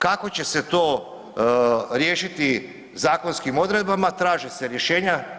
Kako će se to riješiti zakonskim odredbama traže se rješenja.